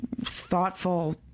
thoughtful